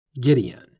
Gideon